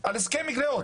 על הסכם גריעות.